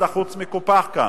משרד החוץ מקופח כאן?